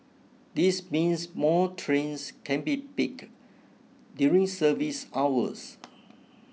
this means more trains can be pack during service hours